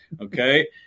Okay